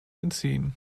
entziehen